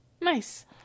nice